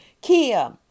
Kia